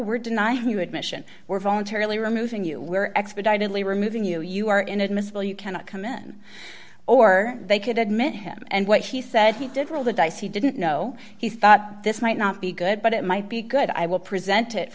we're deny her admission we're voluntarily removing you we're expedited lee removing you you are inadmissible you cannot come in or they could admit him and what he said he did roll the dice he didn't know he thought this might not be good but it might be good i will present it